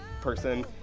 person